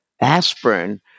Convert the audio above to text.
aspirin